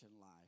life